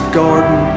garden